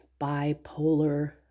bipolar